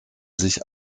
sich